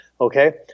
Okay